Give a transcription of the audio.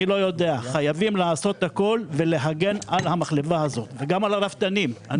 חייבים לעשות הכל כדי להגן על המחלבה ועל הרפתנים.